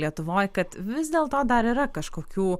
lietuvoj kad vis dėlto dar yra kažkokių